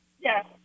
Yes